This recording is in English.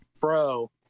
bro